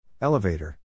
Elevator